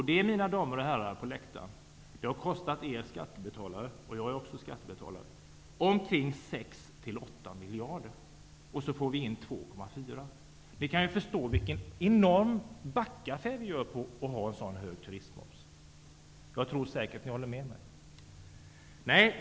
Det, mina damer och herrar på åhörarläktaren, har kostat er skattebetalare - jag är också skattebetalare - omkring 6-8 miljarder, och vi får in 2,4. Ni kan ju förstå vilken enorm backaffär vi gör genom att ha en så hög turistmoms. Jag är säker på att ni håller med mig.